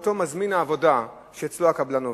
או אותו מזמין העבודה שאצלו הקבלן עובד?